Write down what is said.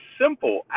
simple